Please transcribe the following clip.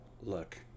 look